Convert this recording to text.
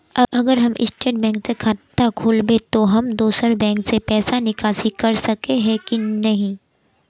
अगर हम state bank में खाता खोलबे तो हम दोसर बैंक से पैसा निकासी कर सके ही की नहीं?